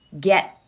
get